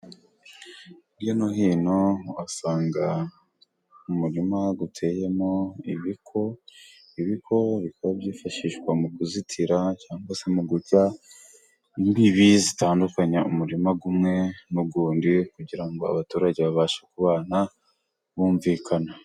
Hirya no hino uhasanga umurima uteyemo ibiko, ibiko bikaba byifashishwa mu kuzitira cyangwa se mu guca imbibi, zitandukanya umurima umwe n'uwundi, kugira ngo abaturage babashe kubana bumvikana.